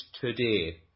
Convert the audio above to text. today